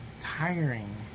tiring